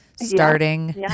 Starting